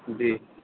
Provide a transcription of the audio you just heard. جی